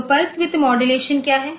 तो pulse width modulation क्या है